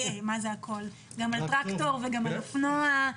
גם על טרקטור וגם על אופנוע.